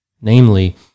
namely